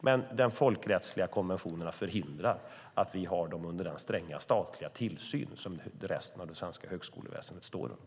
Men de folkrättsliga konventionerna förhindrar att vi har dem under den stränga statliga tillsyn som resten av det svenska högskoleväsendet står under.